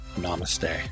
Namaste